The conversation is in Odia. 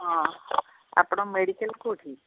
ହଁ ଆପଣ ମେଡ଼ିକାଲ୍ କେଉଁଠି